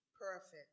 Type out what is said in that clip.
Perfect